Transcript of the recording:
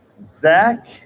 Zach